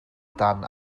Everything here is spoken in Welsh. dan